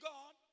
God